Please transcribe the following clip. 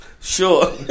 Sure